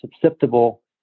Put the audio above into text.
susceptible